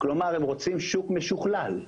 הם רוצים שוק משוכלל,